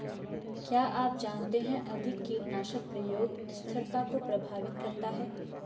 क्या आप जानते है अधिक कीटनाशक प्रयोग स्थिरता को प्रभावित करता है?